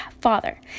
father